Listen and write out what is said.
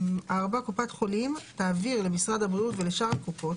קופת חולים תעביר למשרד הבריאות ולשאר הקופות,